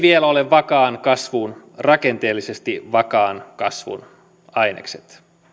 vielä ole vakaan kasvun rakenteellisesti vakaan kasvun ainekset